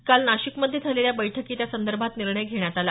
काल नाशिकमध्ये झालेल्या बैठकीत यासंदर्भात निर्णय घेण्यात आला